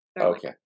Okay